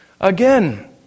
again